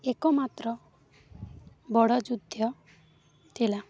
ଏକମାତ୍ର ବଡ଼ ଯୁଦ୍ଧ ଥିଲା